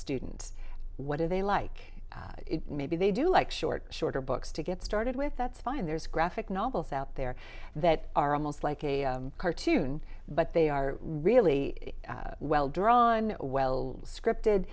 student what are they like maybe they do like short shorter books to get started with that's fine there's graphic novels out there that are almost like a cartoon but they are really well drawn well scripted